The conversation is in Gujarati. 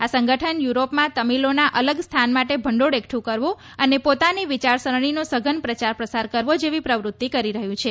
આ સંગઠન યુરોપમાં તમિલોના અલગ સ્થાન માટે ભંડોળ એકઠું કરવું અને પોતાની વિચારસરણીનો સઘન પ્રચાર પ્રસાર કરવો જેવી પ્રવૃત્તિ કરી રહ્યું છે